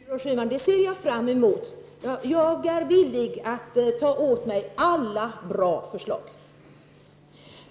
Herr talman! Tack för det, Gudrun Schyman! Det ser jag fram emot. Jag är villig att ta åt mig alla bra förslag.